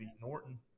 Norton